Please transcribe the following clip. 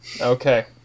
Okay